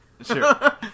Sure